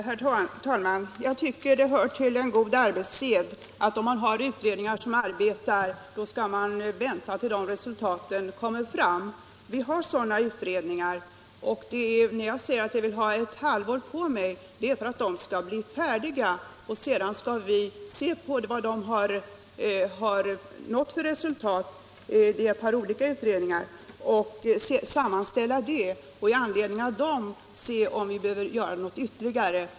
Herr talman! Jag tycker att det hör till god arbetssed att vänta på resultaten av de utredningar som arbetar. Vi har sådana utredningar, och när jag säger att jag vill ha ett halvår på mig är det för att de utredningarna skall bli färdiga. Sedan skall vi se vilka resultat som nåtts och sammanställa dem. På grundval av det materialet skall vi sedan se om vi behöver göra något ytterligare.